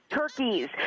turkeys